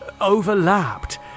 overlapped